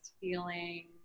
feeling